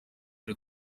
ari